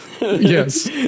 Yes